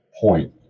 point